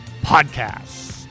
podcasts